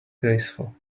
graceful